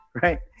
right